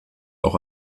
auch